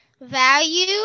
Value